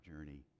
journey